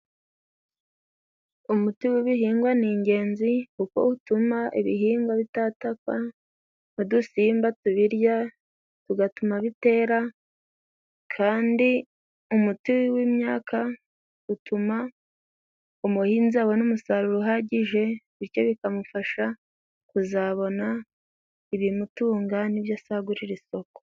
Umuti w'ibihingwa ni ingenzi kuko utuma ibihingwa bitatakwa n'udusimba tubirya tugatuma bitera. Kandi umuti w'imyaka utuma umuhinzi abona umusaruro uhagije, bityo bikamufasha kuzabona ibimutunga n'ibyo asagurira isoko.